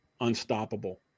unstoppable